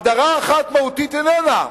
הגדרה אחת מהותית איננה: